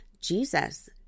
Jesus